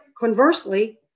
Conversely